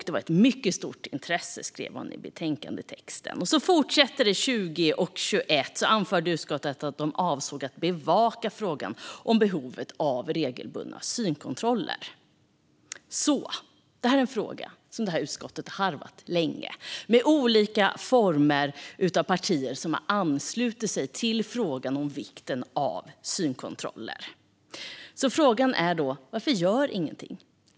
Det var ett mycket stort intresse, skrev man i betänkandetexten. Så fortsatte det 2020 och 2021. Då anförde utskottet att man avsåg att bevaka frågan om behovet av regelbundna synkontroller. Detta är alltså en fråga som utskottet har harvat länge, med olika partier som har anslutit sig till uppfattningen om vikten av synkontroller. Frågan är då: Varför görs ingenting?